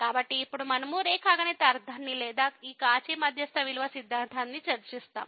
కాబట్టి ఇప్పుడు మనము రేఖాగణిత అర్ధాన్ని లేదా ఈ కౌచీ మధ్యస్థ విలువ సిద్ధాంతాన్ని చర్చిస్తాం